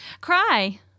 Cry